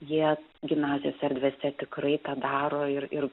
jie gimnazijos erdvėse tikrai tą daro ir ir